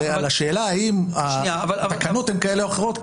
על השאלה האם התקנות הן כאלה או אחרות,